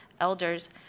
elders